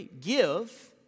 Give